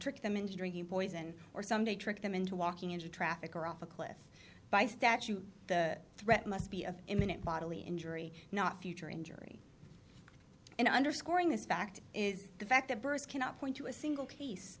trick them into drinking poison or someday tricked them into walking into traffic or off a cliff by statute the threat must be of imminent bodily injury not future injury and underscoring this fact is the fact that burst cannot point to a single